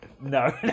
No